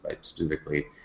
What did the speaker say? specifically